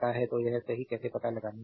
तो यह सही कैसे पता लगाने के लिए